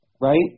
right